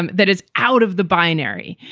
um that is out of the binary.